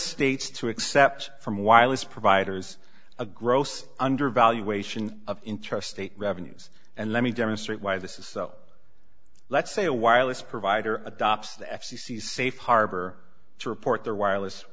gates to accept from wireless providers a gross undervaluation of interstate revenues and let me demonstrate why this is so let's say a wireless provider adopts the f c c safe harbor to report their wireless